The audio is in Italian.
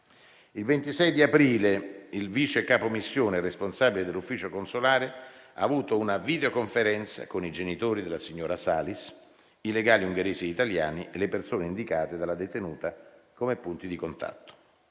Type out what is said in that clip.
Il 26 aprile il vice capo missione, responsabile dell'ufficio consolare, ha avuto una videoconferenza con i genitori della signora Salis, i legali ungheresi italiani e le persone indicate dalla detenuta come punti di contatto.